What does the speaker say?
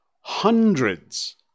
hundreds